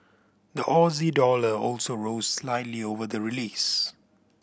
the Aussie dollar also rose slightly over the release